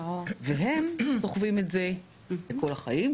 הם סוחבים את זה לכל החיים,